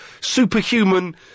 superhuman